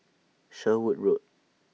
Sherwood Road